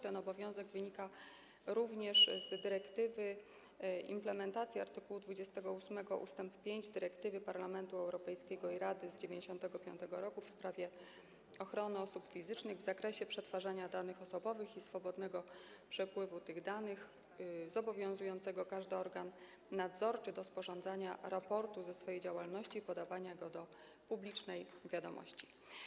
Ten obowiązek wynikał również z implementacji art. 28 ust. 5 dyrektywy Parlamentu Europejskiego i Rady z 1995 r. w sprawie ochrony osób fizycznych w zakresie przetwarzania danych osobowych i swobodnego przepływu tych danych, zobowiązującego każdy organ nadzorczy do sporządzania raportu ze swojej działalności i podawania go do publicznej wiadomości.